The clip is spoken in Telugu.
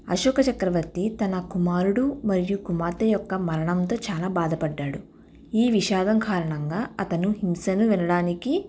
అశోక చక్రవర్తి తన కుమారుడు మరియు కుమార్తె యొక్క మరణంతో చాలా బాధపడినాడు ఈ విషాదం కారణంగా అతను హింసను వినడానికి